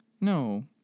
No